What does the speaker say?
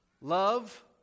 love